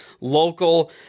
local